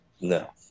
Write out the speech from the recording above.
No